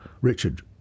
Richard